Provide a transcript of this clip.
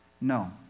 no